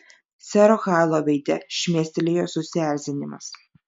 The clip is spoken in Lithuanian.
sero hailo veide šmėstelėjo susierzinimas